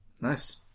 Nice